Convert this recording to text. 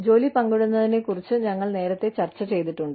ജോലി പങ്കിടുന്നതിനെക്കുറിച്ച് ഞങ്ങൾ നേരത്തെ ചർച്ച ചെയ്തിട്ടുണ്ട്